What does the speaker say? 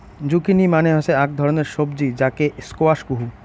zucchini মানে হসে আক ধরণের সবজি যাকে স্কোয়াশ কহু